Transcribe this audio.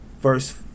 verse